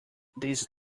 this